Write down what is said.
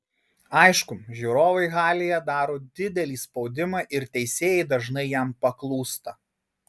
aišku žiūrovai halėje daro didelį spaudimą ir teisėjai dažnai jam paklūsta